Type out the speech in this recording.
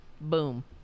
Boom